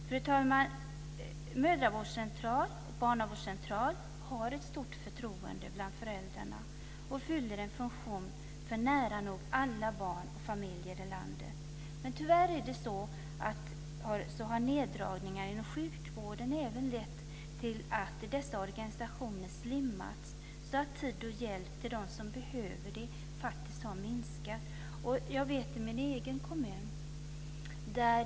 Fru talman! Mödravårdscentraler och barnavårdscentraler har ett stort förtroende bland föräldrarna och fyller en funktion för nära nog alla barn och familjer i landet. Tyvärr har neddragningar inom sjukvården även lett till att dessa organisationer slimmats, så att tiden för att hjälpa dem som behöver det faktiskt har minskat. Jag vet hur det är i min egen kommun.